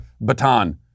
baton